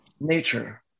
nature